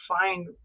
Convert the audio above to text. find